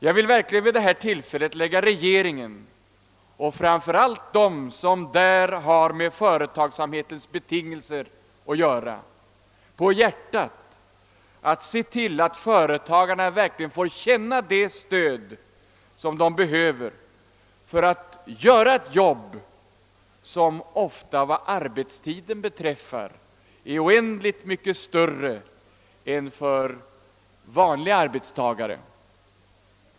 Jag vill vid detta tillfälle lägga regeringen och framför allt dem som där har att göra med företagsamhetens betingelser om hjärtat att se till att företagarna verkligen får känna det stöd som de behöver för att kunna utföra ett arbete som ofta vad arbetstiden beträffar är oändligt mycket större än vanliga arbetstagares.